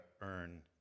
earn